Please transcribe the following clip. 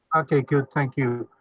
um speaker thank you,